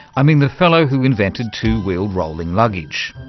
i mean the fellow who invented two-wheeled rolling luggage,